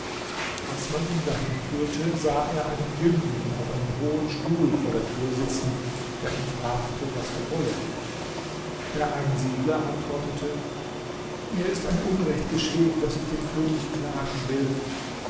als man ihn dahin führte sah er einen jüngling auf einem hohen stuhl vor der tür sitzen der ihn fragte was er wolle der einsiedler antwortete mir ist ein unrecht geschehen das ich dem könig klagen will